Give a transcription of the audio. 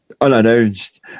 unannounced